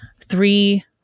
three